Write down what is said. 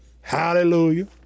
Hallelujah